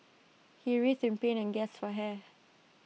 he writhed in pain gasped for air